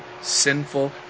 sinful